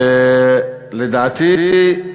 ולדעתי,